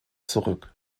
zurück